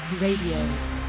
Radio